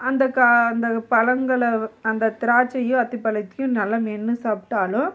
அந்த கா அந்த பழங்களை அந்த திராட்சையோ அத்திப் பழத்தையும் நல்லா மென்று சாப்பிட்டாலும்